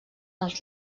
als